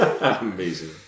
Amazing